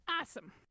Awesome